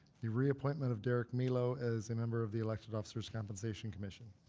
the reappointment of derrick milo, as a member of the election officers compensation commission.